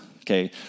Okay